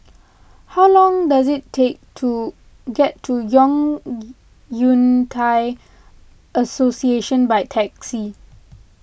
how long does it take to get to Yun Thai Association by taxi